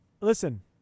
Listen